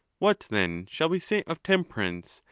what then shall we say of temperance,